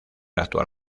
actual